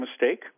mistake